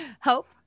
Hope